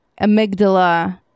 amygdala